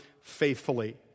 faithfully